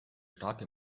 starke